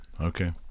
Okay